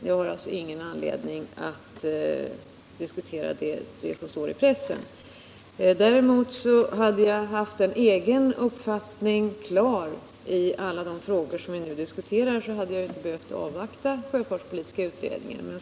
Jag har alltså ingen anledning att debattera det som står i pressen. Hade jag däremot haft en egen uppfattning klar i alla de frågor som vi nu diskuterar, hade jag ju inte behövt avvakta sjöfartspolitiska utredningens resultat.